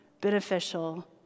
beneficial